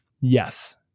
Yes